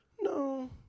No